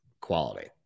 quality